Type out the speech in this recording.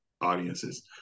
audiences